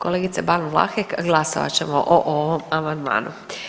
Kolegice Ban Vlahek, glasovat ćemo o ovom amandmanu.